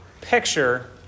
picture